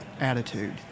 attitude